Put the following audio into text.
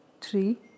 three